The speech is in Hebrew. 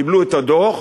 קיבלו את הדוח,